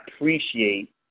appreciate